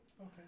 Okay